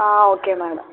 okay madam